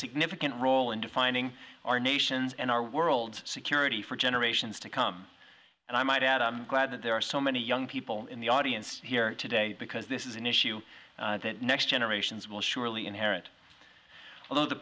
significant role in defining our nations and our world security for generations to come and i might add i'm glad that there are so many young people in the audience here today because this is an issue that next generations will surely inherit although the